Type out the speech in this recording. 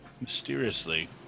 mysteriously